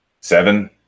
seven